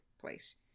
place